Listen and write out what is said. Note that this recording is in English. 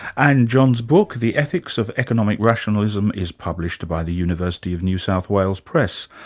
and john's book, the ethics of economic rationalism is published by the university of new south wales press.